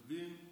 עורך דין,